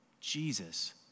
Jesus